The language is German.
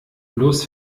bloß